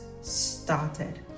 started